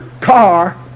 car